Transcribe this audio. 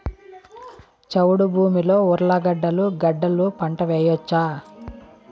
చౌడు భూమిలో ఉర్లగడ్డలు గడ్డలు పంట వేయచ్చా?